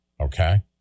Okay